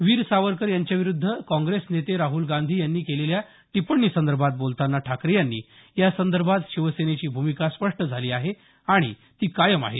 वीर सावरकर यांच्याविरूद्ध काँग्रेस नेते राहूल गांधी यांनी केलेल्या टिप्पणीसंदर्भात बोलतांना ठाकरे यांनी यासंदर्भात शिवसेनेची भूमिका स्पष्ट झाली आहे आणि ती कायम आहे